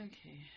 Okay